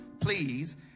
please